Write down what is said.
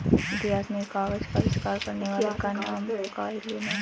इतिहास में कागज का आविष्कार करने वाले का नाम काई लुन है